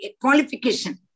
Qualification